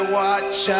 watch